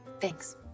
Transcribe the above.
thanks